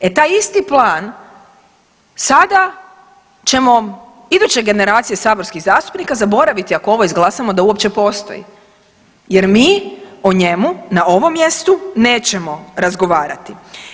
E taj isti plan sada ćemo iduće generacije saborskih zastupnika zaboraviti ako ovo izglasamo da uopće postoji jer mi o njemu na ovom mjestu nećemo razgovarati.